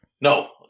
No